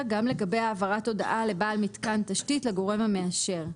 גם לגבי העברת הודעה לבעל מיתקן תשתית לגורם המאשר.